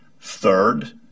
Third